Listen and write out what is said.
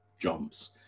jumps